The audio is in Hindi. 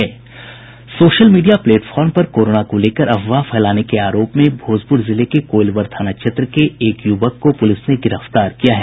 सोशल मीडिया प्लेटफॉर्म पर कोरोना को लेकर अफवाह फैलाने के आरोप में भोजपुर जिले के कोईलवर थाना क्षेत्र के एक युवक को पुलिस ने गिरफ्तार किया है